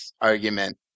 argument